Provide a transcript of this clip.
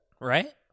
Right